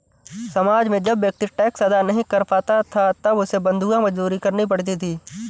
समाज में जब व्यक्ति टैक्स अदा नहीं कर पाता था तब उसे बंधुआ मजदूरी करनी पड़ती थी